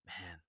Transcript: Man